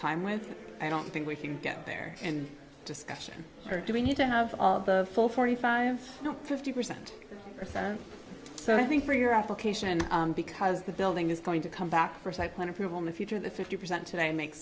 time with i don't think we can get there in discussion or do we need to have the full forty five fifty percent or so i think for your application because the building is going to come back for cycling approval in the future the fifty percent today makes